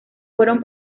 fueron